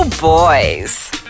boys